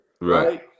right